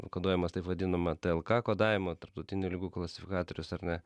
koduojamos taip vadinama tlk kodavimu tarptautinio ligų klasifikatoriaus ar ne